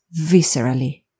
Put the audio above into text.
viscerally